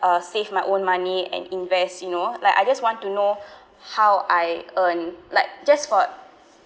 uh save my own money and invest you know like I just want to know how I earn like just for